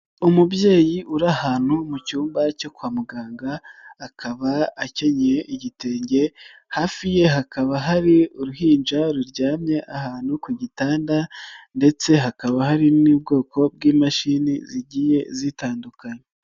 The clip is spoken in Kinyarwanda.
Umubyeyi uri ahantu mu cyumba cyo kwa muganga akaba akenyeye igitenge, hafi ye hakaba hari uruhinja ruryamye ahantu ku gitanda ndetse hakaba hari n'ubwoko bw'imashini zigiye zitandukana.